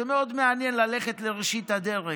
זה מאוד מעניין ללכת לראשית הדרך.